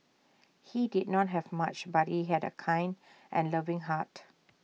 he did not have much but he had A kind and loving heart